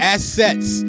Assets